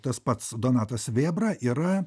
tas pats donatas vėbra ir